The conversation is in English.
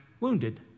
wounded